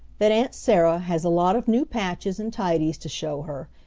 that aunt sarah has a lot of new patches and tidies to show her,